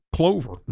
Clover